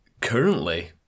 currently